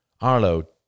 Arlo